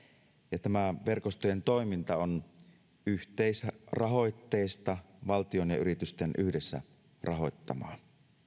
ja tämä verkostojen toiminta on yhteisrahoitteista valtion ja yritysten yhdessä rahoittamaa